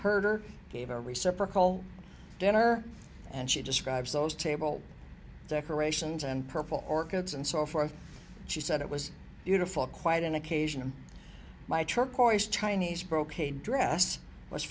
herder gave a receptor call dinner and she describes those table decorations and purple orchids and so forth she said it was beautiful quite an occasion and my turquoise chinese brocade dress was